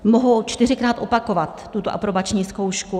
Mohou čtyřikrát opakovat tuto aprobační zkoušku.